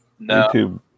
YouTube